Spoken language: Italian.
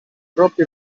troppi